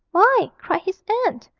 why, cried his aunt,